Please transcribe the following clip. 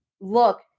look